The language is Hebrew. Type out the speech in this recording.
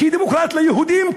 כי דמוקרטיה ליהודים,